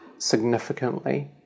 significantly